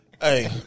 Hey